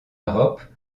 europe